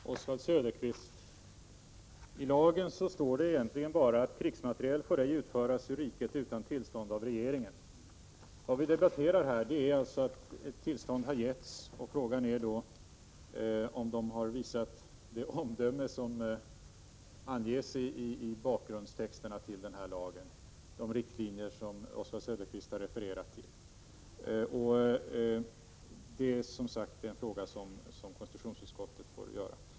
Herr talman! Till Oswald Söderqvist vill jag säga att det i lagen bara står att krigsmateriel ej får utföras ur riket utan tillstånd av regeringen. Vi debatterar alltså ett tillstånd som har getts och frågan om regeringen har visat det goda omdöme som förutses i bakgrundstexterna till lagen, dvs. de riktlinjer som Oswald Söderqvist har refererat till. Det är en fråga som konstitutionsutskottet får avgöra.